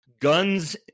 Guns